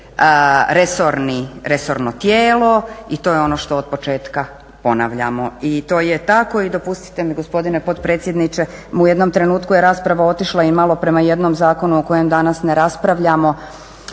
resorno tijelo i to je ono što od početka ponavljamo i to je tako. I dopustite mi gospodine potpredsjedniče u jednom trenutku je rasprava otišla i malo prema jednom zakonu o kojem danas ne raspravljamo,